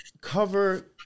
cover